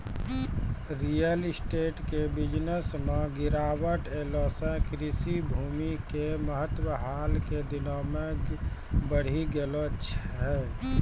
real estate के business मॅ गिरावट ऐला सॅ कृषि भूमि के महत्व हाल के दिनों मॅ बढ़ी गेलो छै